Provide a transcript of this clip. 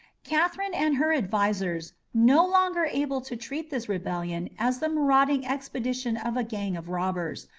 catherine and her advisers, no longer able to treat this rebellion as the marauding expedition of a gang of robbers,